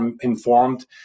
informed